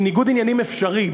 ניגוד עניינים אפשרי,